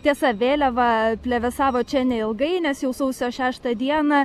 tiesa vėliava plevėsavo čia neilgai nes jau sausio šeštą dieną